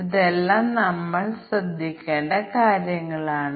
ഇനി നമുക്ക് ചില ഉദാഹരണങ്ങൾ എടുക്കാം